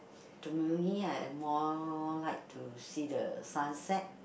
to me I more like to see the sunset